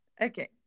Okay